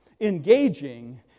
engaging